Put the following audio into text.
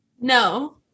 No